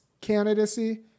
candidacy